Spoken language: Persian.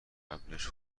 قبلش